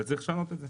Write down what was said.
וצריך לשנות את זה.